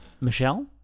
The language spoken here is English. Michelle